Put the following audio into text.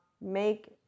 make